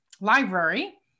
library